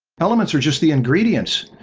elements are just the ingredients.